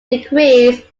decrease